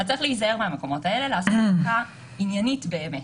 אז צריך להיזהר מהמקומות האלה ולעשות בדיקה עניינית באמת